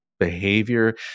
behavior